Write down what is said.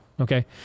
Okay